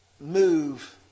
move